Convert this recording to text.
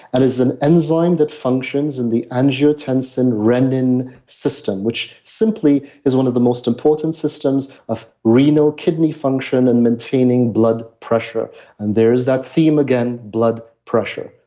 and it's an enzyme that functions in the angiotensin renin system, which simply is one of the most important systems of renal kidney function and maintaining blood pressure and there's that theme again, blood pressure,